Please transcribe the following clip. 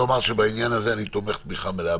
-- בעניין הזה אני תומך תמיכה מלאה